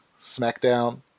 SmackDown